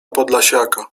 podlasiaka